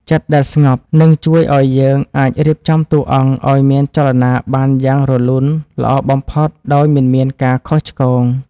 ចិត្តដែលស្ងប់នឹងជួយឱ្យយើងអាចរៀបចំតួអង្គឱ្យមានចលនាបានយ៉ាងរលូនល្អបំផុតដោយមិនមានការខុសឆ្គង។